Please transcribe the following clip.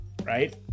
Right